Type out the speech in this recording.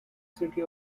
city